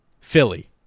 Philly